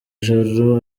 joro